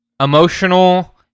emotional